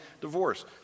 divorce